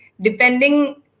depending